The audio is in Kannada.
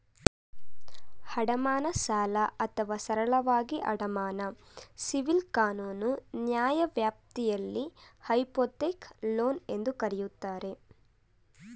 ಅಡಮಾನ ಸಾಲ ಅಥವಾ ಸರಳವಾಗಿ ಅಡಮಾನ ಸಿವಿಲ್ ಕಾನೂನು ನ್ಯಾಯವ್ಯಾಪ್ತಿಯಲ್ಲಿ ಹೈಪೋಥೆಕ್ ಲೋನ್ ಎಂದೂ ಕರೆಯುತ್ತಾರೆ